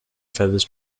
feathers